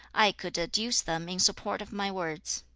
i could adduce them in support of my words